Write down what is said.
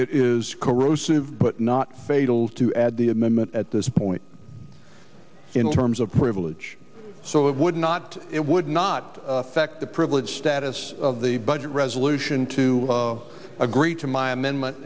corrosive but not fatal to add the amendment at this point in terms of privilege so it would not it would not affect the privilege status of the budget resolution to agree to my amendment